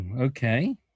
okay